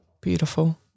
Beautiful